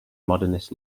modernist